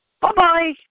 Bye-bye